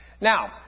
Now